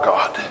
God